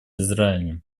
израилем